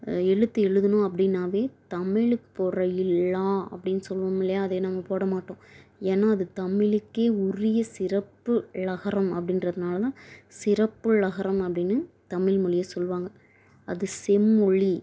எழுத்து எழுதணும் அப்டின்னாலே தமிழுக்கு போடுற ழ் ழா அப்படின்னு சொல்வோமில்லையா அதை நம்ம போட மாட்டோம் ஏன்னா அது தமிழுக்கே உரிய சிறப்பு ழகரம் அப்படின்றதுனால தான் சிறப்பு ழகரம் அப்படின்னு தமிழ் மொழியை சொல்வாங்க அது செம்மொழி